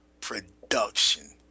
Production